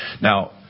Now